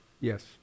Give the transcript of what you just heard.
Yes